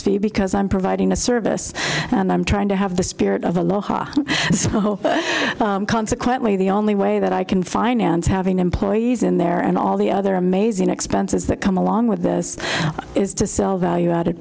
fee because i'm providing a service and i'm trying to have the spirit of aloha consequently the only way that i can finance having employees in there and all the other amazing expenses that come along with this is to sell value added